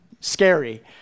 scary